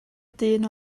dyn